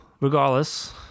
Regardless